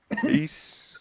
Peace